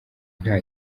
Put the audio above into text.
nta